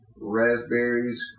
raspberries